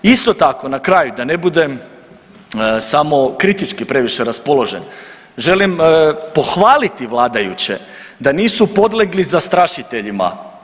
Isto tako na kraju da ne budem samo kritički previše raspoložen želim pohvaliti vladajuće da nisu podlegli zastrašiteljima.